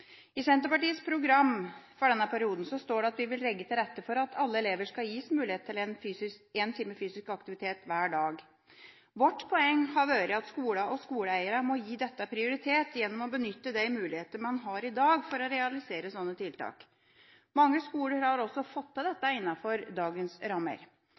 I Senterpartiets program for denne perioden står det at vi vil legge til rette for at alle elever skal gis mulighet til en time fysisk aktivitet hver dag. Vårt poeng har vært at skolene og skoleeierne må gi dette prioritet gjennom å benytte de muligheter man har i dag til å realisere sånne tiltak. Mange skoler har også fått til dette innenfor dagens rammer.